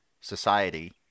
society